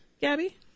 gabby